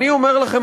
אני אומר לכם,